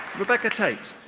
rebecca tait.